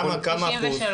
מה האחוז?